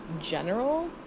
general